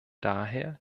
daher